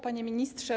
Panie Ministrze!